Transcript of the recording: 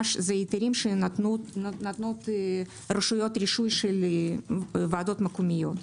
היתרים שנותנות רשויות רישוי של ועדות מקומיות.